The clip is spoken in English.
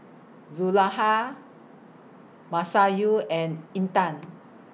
Zulaikha Masayu and Intan